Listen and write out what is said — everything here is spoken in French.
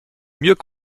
mieux